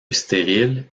stérile